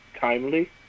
timely